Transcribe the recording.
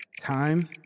Time